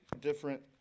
different